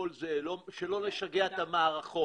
כדי לא לשגע את המערכות.